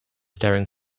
staring